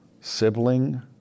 sibling